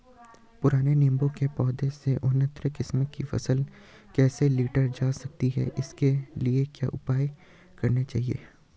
पुराने नीबूं के पौधें से उन्नत किस्म की फसल कैसे लीटर जा सकती है इसके लिए क्या उपाय करने चाहिए?